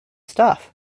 stuff